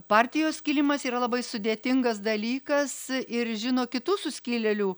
partijos skilimas yra labai sudėtingas dalykas ir žino kitų suskilėlių